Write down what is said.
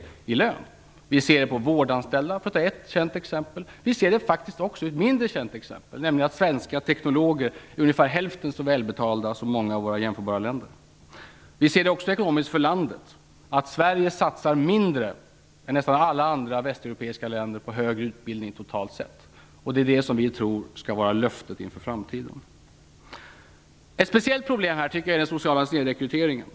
Vi ser det när det gäller vårdanställda, för att ta ett känt exempel. Vi ser det faktiskt också i ett mindre känt exempel, nämligen att svenska teknologer är ungefär hälften så välbetalda som i många jämförbara länder. Vi ser det också ekonomiskt för landet. Sverige satsar mindre än nästan alla andra västeuropeiska länder på högre utbildning totalt sett. Det är detta vi tror skall vara löftet inför framtiden. Ett speciellt problem här är den sociala snedrekryteringen.